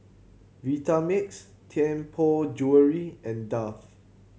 Vitamix Tianpo Jewellery and Dove